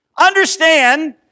Understand